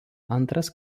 antras